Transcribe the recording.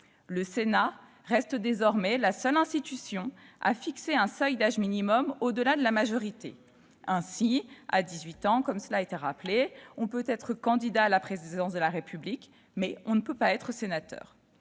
Le Sénat reste désormais la seule institution à fixer un seuil d'âge minimum au-delà de la majorité. Ainsi, à dix-huit ans, comme cela a été rappelé, on peut être candidat à la présidence de la République, mais pas sénateur.